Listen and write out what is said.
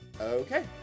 Okay